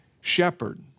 shepherd